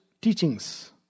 teachings